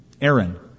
Aaron